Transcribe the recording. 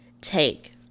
take